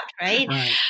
right